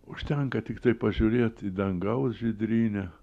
užtenka tiktai pažiūrėt į dangaus žydrynę